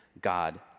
God